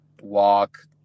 walk